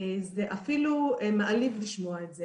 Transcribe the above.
זה אפילו די מעליב לשמוע את זה